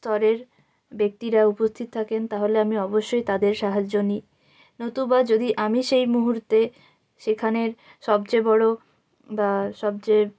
স্তরের ব্যক্তিরা উপস্থিত থাকেন তাহলে আমি অবশ্যই তাদের সাহায্য নিই নতুবা যদি আমি সেই মুহূর্তে সেখানের সবচেয়ে বড় বা সবচেয়ে